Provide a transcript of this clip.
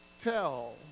tell